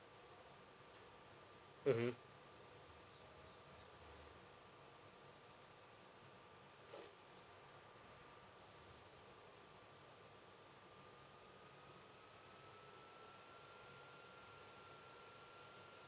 mmhmm